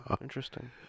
Interesting